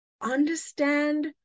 understand